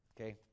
okay